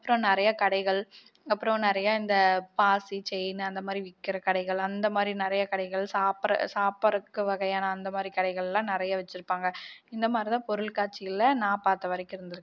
அப்றோம் நிறையா கடைகள் அப்றோம் நிறையா இந்த பாசி செயினு அந்தமாதிரி விற்கிற கடைகள் அந்தமாதிரி நிறையா கடைகள் சாப்படுற சாப்படுறக்கு வகையான அந்தமாதிரி கடைகள்லாம் நிறையா வச்சிருப்பாங்கள் இந்தமாதிரிதான் பொருள்காட்சியில் நான் பார்த்தவரைக்கும் இருந்திருக்கு